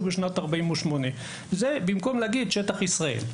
בשנת 1948. זה במקום להגיד שטח ישראל.